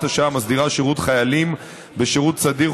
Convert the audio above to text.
אדוני השר.